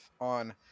on